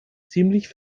ziemlich